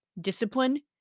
Discipline